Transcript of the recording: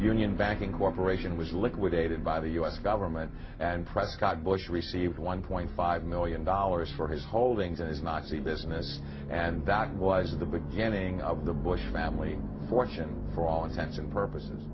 union banking corporation was liquidated by the us government and prescott bush received one point five million dollars for his holdings in his nazi business and that was the beginning of the bush family fortune for all intents and purposes